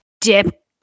dip